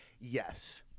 Yes